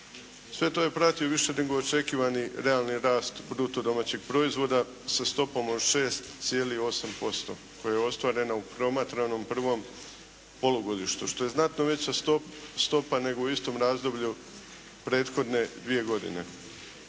Sve to je pratio više nego očekivani realni rast bruto domaćeg proizvoda sa stopom od 6,8% koje je ostvareno u promatranom prvom polugodištu, što je znatno veća stopa nego u istom razdoblju prethodne dvije godine.